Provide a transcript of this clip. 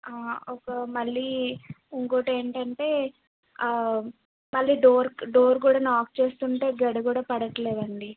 ఒక మళ్ళీ ఇంకోకటి ఏంటంటే పల్లి డోర్ డోర్ కూడా లాక్ చేస్తుంటే గడియ కూడా పడట్లేదండి